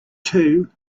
two